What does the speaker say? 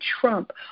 trump